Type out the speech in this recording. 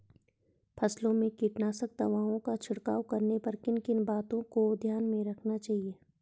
फसलों में कीटनाशक दवाओं का छिड़काव करने पर किन किन बातों को ध्यान में रखना चाहिए?